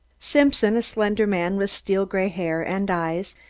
simpson, a slender man with steel-gray hair and eyes,